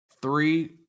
Three